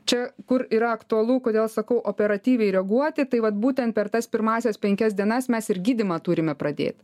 čia kur yra aktualu kodėl sakau operatyviai reaguoti tai vat būtent per tas pirmąsias penkias dienas mes ir gydymą turime pradėt